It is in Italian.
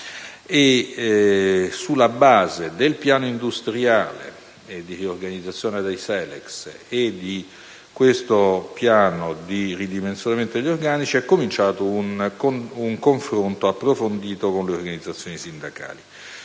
Sulla base del piano industriale e di riorganizzazione di Selex e di questo piano di ridimensionamento degli organici, è cominciato un confronto approfondito con le organizzazioni sindacali.